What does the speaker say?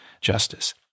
justice